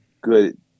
good